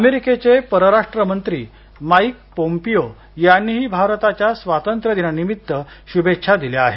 अमेरिकेचे परराष्ट्र मंत्री माइक पोम्पियो यांनीही भारताच्या स्वातंत्र्य दिनानिमित्त शुभेच्छा दिल्या आहेत